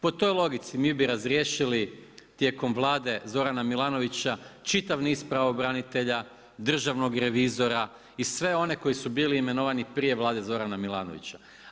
Po toj logici mi bi razriješili tijekom Vlade Zorana Milanovića čitav niz pravobranitelja državnog revizora i sve one koji su bili imenovani prije Vlade Zorana Milanovića.